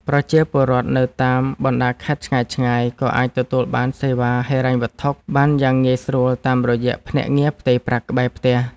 ប្រជាពលរដ្ឋនៅតាមបណ្តាខេត្តឆ្ងាយៗក៏អាចទទួលបានសេវាហិរញ្ញវត្ថុបានយ៉ាងងាយស្រួលតាមរយៈភ្នាក់ងារផ្ទេរប្រាក់ក្បែរផ្ទះ។